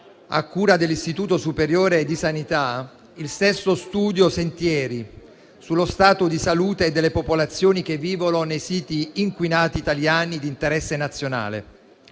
a cura dell'Istituto superiore di sanità, il sesto Studio Sentieri sullo stato di salute delle popolazioni che vivono nei siti inquinati italiani di interesse nazionale.